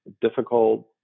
difficult